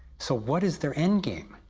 so what is their endgame?